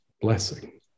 blessing